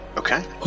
Okay